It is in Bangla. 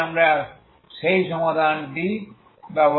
তাই আমরা সেই সমাধানটি ব্যবহার করেছি